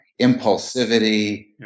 Impulsivity